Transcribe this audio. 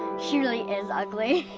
she really is ugly.